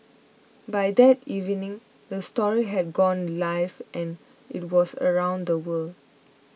by that evening the story had gone live and it was around the world